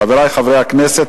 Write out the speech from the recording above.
חברי חברי הכנסת,